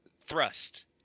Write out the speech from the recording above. thrust